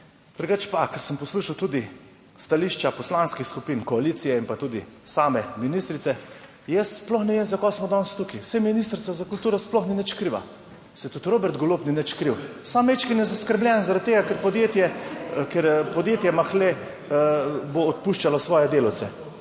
Drugače pa, ker sem poslušal tudi stališča poslanskih skupin koalicije in pa tudi same ministrice, jaz sploh ne vem zakaj smo danes tukaj, saj ministrica za kulturo sploh ni nič kriva, saj tudi Robert Golob ni nič kriv. Samo majčkeno je zaskrbljen zaradi tega, ker podjetje ker podjetje Mahle bo odpuščalo svoje delavce.